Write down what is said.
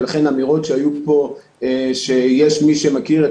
ולכן אמירות שהיו פה שיש מי שמכיר את